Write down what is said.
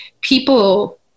people